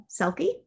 Selkie